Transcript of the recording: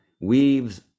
weaves